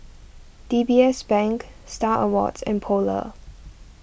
D B S Bank Star Awards and Polar